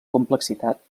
complexitat